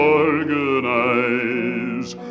organize